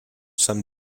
some